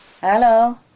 Hello